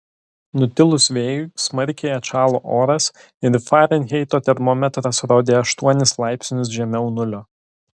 nutilus vėjui smarkiai atšalo oras ir farenheito termometras rodė aštuonis laipsnius žemiau nulio